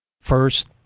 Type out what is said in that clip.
first